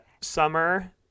summer